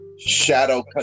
shadow